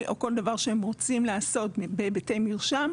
או כל דבר שהם רוצים לעשות בהיבטי מרשם,